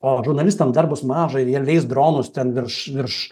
o žurnalistams dar bus mažai ir elis dronus ten virš virš